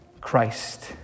Christ